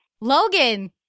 Logan